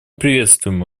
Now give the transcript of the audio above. приветствуем